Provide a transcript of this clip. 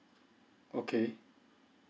okay